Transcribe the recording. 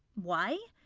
why?